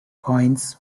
coins